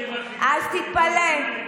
אז תתפלא.